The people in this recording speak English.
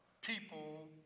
people